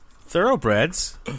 Thoroughbreds